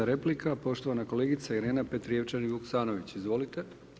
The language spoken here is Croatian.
replika poštovana kolegica Irena Petrijevčanin Vuksanović, izvolite.